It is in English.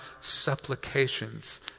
supplications